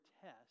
test